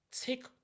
take